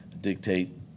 dictate